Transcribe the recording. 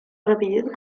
rapidez